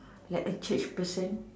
like a Church person